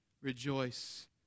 Rejoice